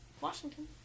Washington